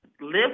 live